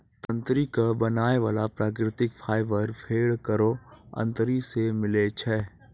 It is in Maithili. तंत्री क बनाय वाला प्राकृतिक फाइबर भेड़ केरो अतरी सें मिलै छै